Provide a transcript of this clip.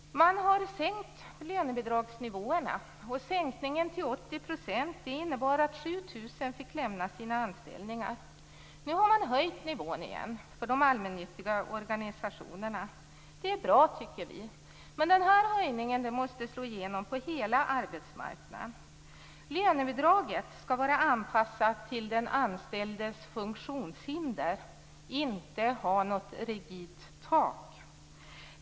Man har sänkt lönebidragsnivåerna. Sänkningen till 80 % innebar att 7 000 fick lämna sina anställningar. Nu har man höjt nivån igen för de allmännyttiga organisationerna. Det tycker vi är bra. Men den här höjningen måste slå igenom på hela arbetsmarknaden. Lönebidraget skall vara anpassat till den anställdes funktionshinder och inte med rigiditet ha ett tak.